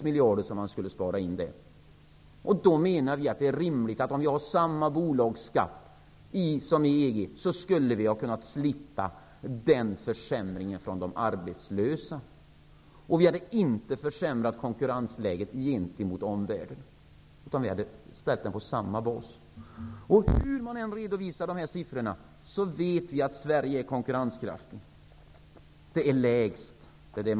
Man skulle där spara in 6 Vi menar att det är rimligt att vi har samma bolagsskatt som i EG. Då skulle vi ha kunnat slippa denna försämring för de arbetslösa. Vi hade inte försämrat konkurrensläget gentemot omvärlden, utan vi hade ställt den på samma bas. Hur man än redovisar dessa siffror vet vi att Sverige är konkurrenskraftigt. Företagsbeskattningen är lägst.